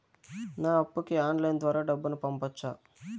నా అప్పుకి ఆన్లైన్ ద్వారా డబ్బును పంపొచ్చా